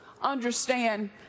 understand